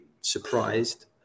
surprised